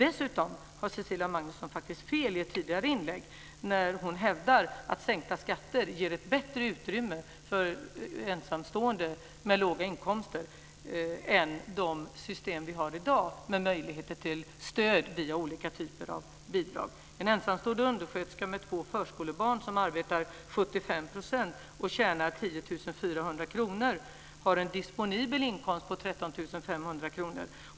Dessutom hade Cecilia Magnusson fel när hon i ett tidigare inlägg hävdade att sänkta skatter ger ett bättre utrymme för ensamstående med låga inkomster än de system som vi har i dag med möjligheter till stöd via olika typer av bidrag.